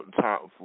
top